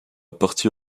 partie